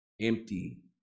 empty